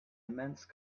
immense